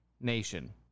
nation